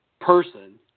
person